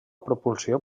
propulsió